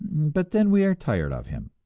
but then we are tired of him.